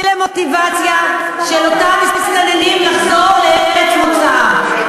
למוטיבציה של אותם מסתננים לחזור לארץ מוצאם.